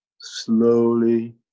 slowly